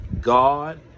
god